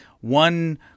one